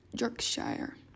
Yorkshire